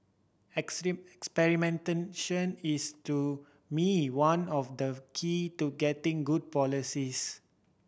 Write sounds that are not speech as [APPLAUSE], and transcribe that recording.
[UNINTELLIGIBLE] experimentation is to me one of the key to getting good policies